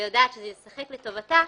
היא יודעת שזה יישחק לטובתה.